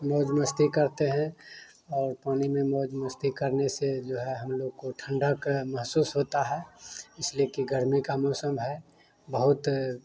मौज मस्ती करते हैं और पानी में मौज मस्ती करने से जो है हम लोग को ठंडा का महसूस होता है इसलिए कि गर्मी का मौसम है बहुत